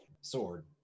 sword